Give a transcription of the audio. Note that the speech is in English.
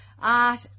art